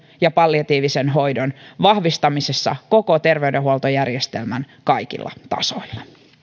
ja palliatiivisen hoidon vahvistamisessa koko terveydenhuoltojärjestelmän kaikilla tasoilla